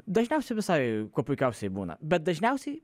dažniausiai visai kuo puikiausiai būna bet dažniausiai